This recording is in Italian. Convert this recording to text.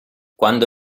quando